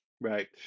Right